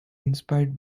inspired